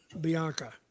Bianca